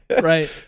Right